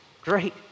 Great